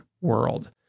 world